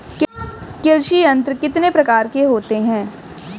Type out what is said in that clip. कृषि यंत्र कितने प्रकार के होते हैं?